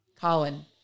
Colin